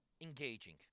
engaging